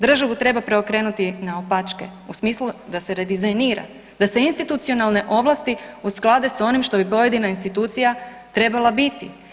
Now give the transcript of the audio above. Državu treba preokrenuti naopačke u smislu da se redizajnira, da se institucionalne ovlasti usklade s onim što bi pojedina institucija trebala biti.